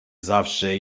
zawsze